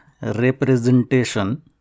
representation